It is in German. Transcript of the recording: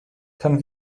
kann